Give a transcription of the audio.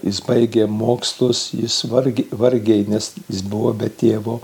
jis baigė mokslus jis vargiai vargiai nes jis buvo be tėvo